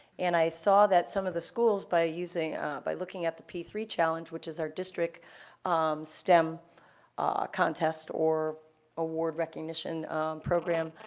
and i saw that some of the schools by using by looking at the p three challenge, which is our district stem contest or award recognition program,